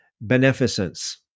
beneficence